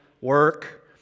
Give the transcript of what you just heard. work